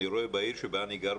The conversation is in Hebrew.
אני רואה בעיר שבה אני גר,